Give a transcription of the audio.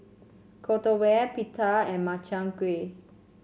Korokke Pita and Makchang Gui